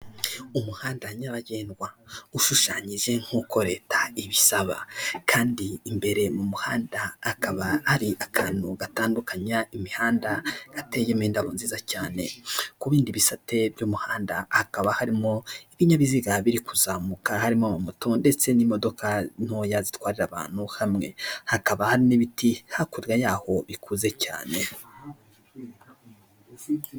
Umuhanda nyabagendwa ushushanyije nk'uko leta ibisaba, kandi imbere mu muhanda akaba ari akantu gatandukanya imihanda gateyemo indabo nziza cyane, ku bindi bisate by'umuhanda hakaba harimo ibinyabiziga biri kuzamuka, harimo moto ndetse n'imodoka ntoya zitwara abantu hamwe, hakaba hari n'ibiti hakurya yaho bikuze cyane.